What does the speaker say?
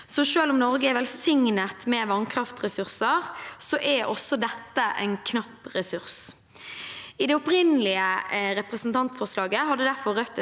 selv om Norge er velsignet med vannkraftressurser, er også dette en knapp ressurs. I det opprinnelige representantforslaget hadde